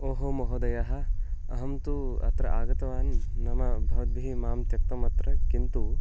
ओ हो महोदयः अहं तु अत्र आगतवान् नाम भवद्भिः मां त्यक्तम् अत्र किन्तु